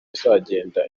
izagenda